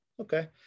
Okay